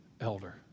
elder